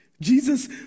jesus